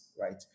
right